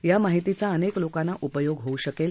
या माहितीचा अनेक लोकांना उपयोग होऊ शकेल